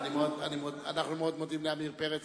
אנחנו מאוד מודים לחבר הכנסת עמיר פרץ.